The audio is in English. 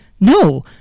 No